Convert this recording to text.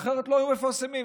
אחרת לא היו מפרסמים.